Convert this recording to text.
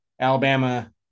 Alabama